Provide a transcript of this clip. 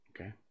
Okay